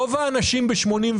רוב האנשים ב-89'